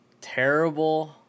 terrible